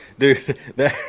Dude